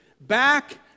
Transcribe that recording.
back